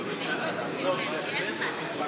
לפיכך ההסתייגות לא